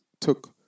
took